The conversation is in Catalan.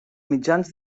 mitjans